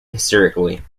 hysterically